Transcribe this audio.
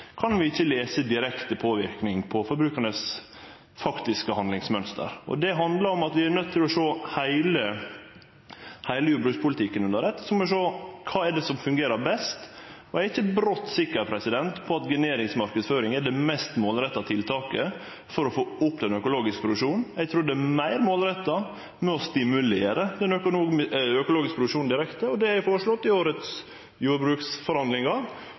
kan vi ikkje lese direkte påverknad på forbrukarane sitt faktiske handlingsmønster. Det handlar om at vi er nøydde til å sjå heile jordbrukspolitikken under eitt. Så må vi sjå på kva som fungerer best, og eg er ikkje brått sikker på at generisk marknadsføring er det mest målretta tiltaket for å få opp den økologiske produksjonen. Eg trur det er meir målretta å stimulere den økologiske produksjonen direkte. Det har eg føreslått i årets jordbruksforhandlingar,